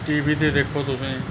T V 'ਤੇ ਦੇਖੋ ਤੁਸੀਂ